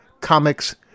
comics